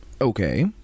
Okay